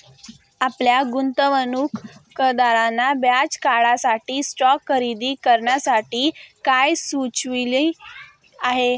आपल्या गुंतवणूकदाराने बर्याच काळासाठी स्टॉक्स खरेदी करण्यासाठी काय सुचविले आहे?